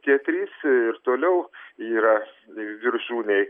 tie trys ir toliau yra viršūnėj